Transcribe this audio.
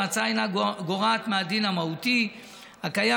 ההצעה אינה גורעת מהדין המהותי הקיים